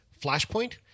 Flashpoint